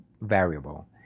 variable